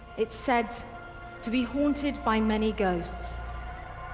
it's said to be haunted by many ghosts